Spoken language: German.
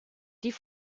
die